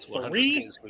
three